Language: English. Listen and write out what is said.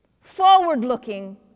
forward-looking